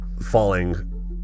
falling